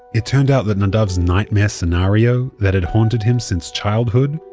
it turned out that nadav's nightmare scenario, that had haunted him since childhood,